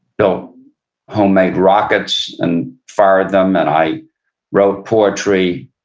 built homemade rockets and fired them, and i wrote poetry.